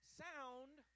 sound